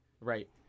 Right